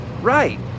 Right